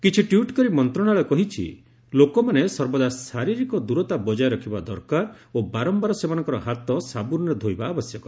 କିଛି ଟ୍ୱିଟ୍ କରି ମନ୍ତ୍ରଣାଳୟ କହିଛି ଲୋକମାନେ ସର୍ବଦା ଶାରୀରିକ ଦୂରତା ବଜାୟ ରଖିବା ଦରକାର ଓ ବାରମ୍ଭାର ସେମାନଙ୍କର ହାତ ସାବୁନରେ ଧୋଇବା ଆବଶ୍ୟକ